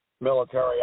military